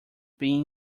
being